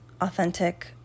authentic